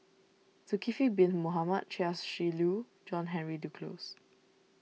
Zulkifli Bin Mohamed Chia Shi Lu John Henry Duclos